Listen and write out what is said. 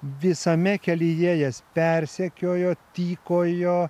visame kelyje jas persekiojo tykojo